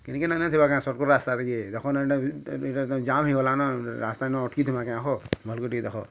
କେନ୍କେ ନା ନା ଯିବାଁ କେଁ ସଟ୍କଟ୍ ରାସ୍ତାରେ ଟିକେ ଦେଖୁନ୍ ଏଇଟା ଏଇଟା ଜାମ୍ ହେଇଗଲା ନ ରାସ୍ତା ନୁ ଅଟ୍କି ଥିବା କେଁ ହୋ ଭଲ୍ କି ଟିକେ ଦେଖ